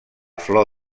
flor